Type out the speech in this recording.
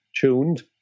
tuned